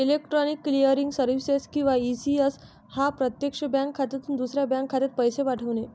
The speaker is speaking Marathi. इलेक्ट्रॉनिक क्लिअरिंग सर्व्हिसेस किंवा ई.सी.एस हा प्रत्यक्षात बँक खात्यातून दुसऱ्या बँक खात्यात पैसे पाठवणे